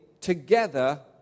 together